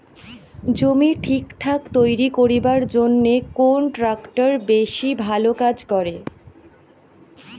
জমি ঠিকঠাক তৈরি করিবার জইন্যে কুন ট্রাক্টর বেশি ভালো কাজ করে?